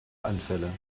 anfälle